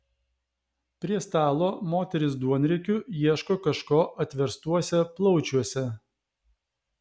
prie stalo moterys duonriekiu ieško kažko atverstuose plaučiuose